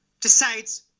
decides